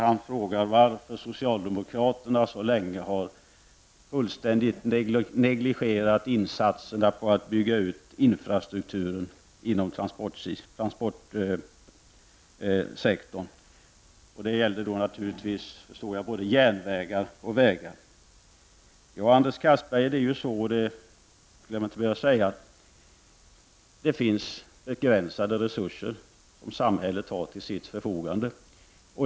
Han frågar varför socialdemokraterna så länge fullständigt negligerat insatserna för att bygga ut infrastrukturen inom transportsektorn. Det gällde då såvitt jag förstår både järnvägar och vägar. Det är ju så, Anders Castberger, att det är begränsade resurser som samhället har till sitt förfogande.